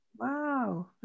Wow